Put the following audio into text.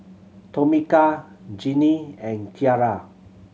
Tomika Gennie and Kiarra